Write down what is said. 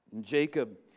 Jacob